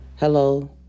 Hello